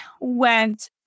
went